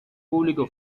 público